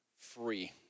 free